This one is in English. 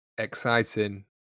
exciting